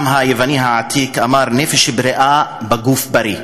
הפתגם היווני העתיק אומר: נפש בריאה בגוף בריא.